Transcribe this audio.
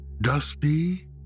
dusty